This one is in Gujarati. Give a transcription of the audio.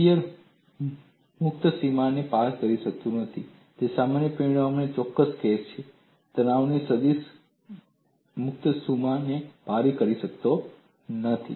તેથી શીયર મુક્ત સીમાને પાર કરી શકતું નથી તે સામાન્ય પરિણામનો ચોક્કસ કેસ છે તે તણાવ સદીશ મુક્ત સીમાને પાર કરી શકતો નથી